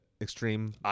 extreme